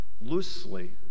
loosely